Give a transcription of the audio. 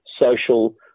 social